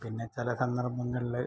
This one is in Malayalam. പിന്നെ ചില സന്ദർഭങ്ങൾല്